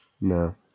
No